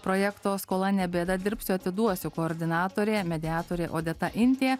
projekto skola ne bėda dirbsiu atiduosiu koordinatorė mediatoriai odeta intė